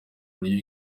buryo